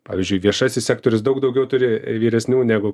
pavyzdžiui viešasis sektorius daug daugiau turi vyresnių negu